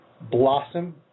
blossom